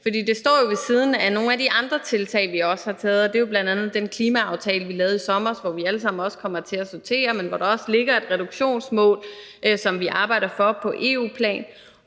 for det står ved siden af nogle af de andre tiltag, vi også har taget. Det er bl.a. den klimaaftale, vi lavede i sommer, hvor vi alle sammen også kommer til at sortere, men hvor der ligger et reduktionsmål, som vi arbejder for på EU-plan.